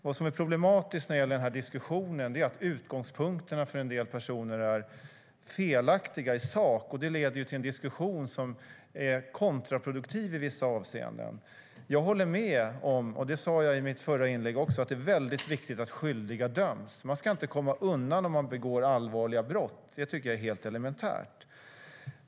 Vad som är problematiskt i den här diskussionen är att utgångspunkterna för en del personer är felaktiga i sak, och det leder till en diskussion som är kontraproduktiv i vissa avseenden. Jag håller med om - och det sade jag i mitt förra inlägg också - att det är väldigt viktigt att skyldiga döms. Man ska inte komma undan om man begår allvarliga brott, det är helt elementärt.